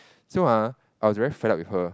so ah I was very fed up with her